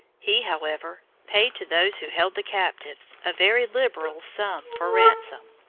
he, however, paid to those who held the captives a very liberal sum for ransom.